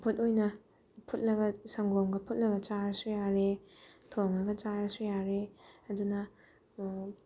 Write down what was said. ꯆꯝꯐꯨꯠ ꯑꯣꯏꯅ ꯐꯨꯠꯂꯒ ꯁꯪꯒꯣꯝꯒ ꯐꯨꯠꯂꯒ ꯆꯥꯔꯁꯨ ꯌꯥꯔꯦ ꯊꯣꯡꯉꯒ ꯆꯥꯔꯁꯨ ꯌꯥꯔꯦ ꯑꯗꯨꯅ